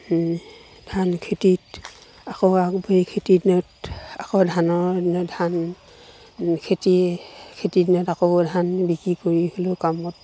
ধান খেতিত আকৌ আগবাঢ়ি খেতিৰ দিনত আকৌ ধানৰ দিনত ধান খেতি খেতিৰ দিনত আকৌ ধান বিক্ৰী কৰি হ'লেও কামত